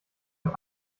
auf